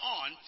on